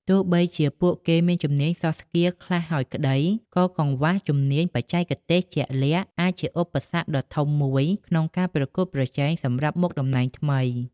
ទោះបីជាពួកគេមានជំនាញ soft skills ខ្លះហើយក្ដី ក៏កង្វះជំនាញបច្ចេកទេសជាក់លាក់អាចជាឧបសគ្គដ៏ធំមួយក្នុងការប្រកួតប្រជែងសម្រាប់មុខតំណែងថ្មី។